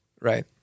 Right